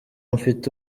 mfite